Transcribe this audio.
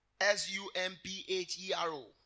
S-U-M-P-H-E-R-O